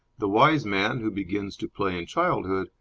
the wise man, who begins to play in childhood,